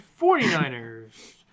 49ers